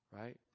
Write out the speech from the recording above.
right